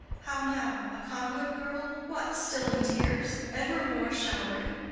how now? a conduit, girl? what, still in tears? evermore show'ring?